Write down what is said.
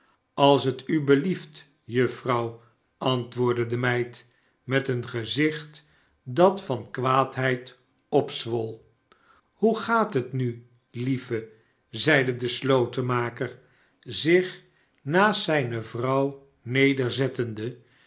als t u belieft juffrouw antwoordde de meid met een gezicht dat van kwaadheid opzwol hoe gaat het nu lieve zeide de slotenmaker zich naast zijne vrouw